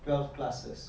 twelve classes